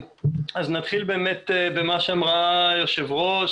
נתחיל באמת במה שאמרה היושבת-ראש.